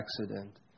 accident